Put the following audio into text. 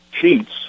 cheats